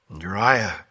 Uriah